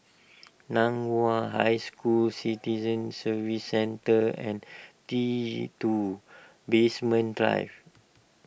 Nan Hua High School Citizen Services Centre and T two Basement Drive